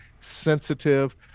sensitive